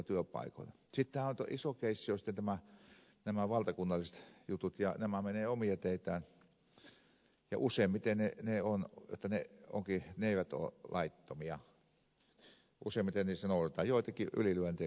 sittenhän iso keissi on nämä valtakunnalliset jutut ja nämä menevät omia teitään ja useimmiten ne eivät ole laittomia useimmiten niissä noudatetaan lakia vaikka joitakin ylilyöntejäkin on olemassa